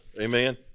Amen